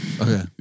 Okay